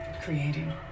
creating